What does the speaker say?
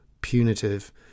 punitive